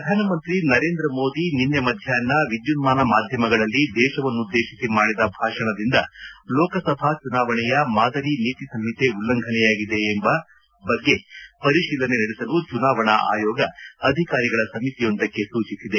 ಪ್ರಧಾನಮಂತ್ರಿ ನರೇಂದ್ರ ಮೋದಿ ನಿನ್ನೆ ಮಧ್ಯಾಹ್ನ ವಿದ್ಯುನ್ಮಾನ ಮಾಧ್ಯಮಗಳಲ್ಲಿ ದೇಶವನ್ನುದ್ದೇಶಿಸಿ ಮಾಡಿದ ಭಾಷಣದಿಂದ ಲೋಕಸಭಾ ಚುನಾವಣೆಯ ಮಾದರಿ ನೀತಿಸಂಹಿತೆ ಉಲ್ಲಂಘನೆಯಾಗಿದೆ ಎಂಬ ಬಗ್ಗೆ ಪರಿಶೀಲನೆ ನಡೆಸಲು ಚುನಾವಣೆ ಅಯೋಗ ಅಧಿಕಾರಿಗಳ ಸಮಿತಿಯೊಂದಕ್ಕೆ ಸೂಚಿಸಿದೆ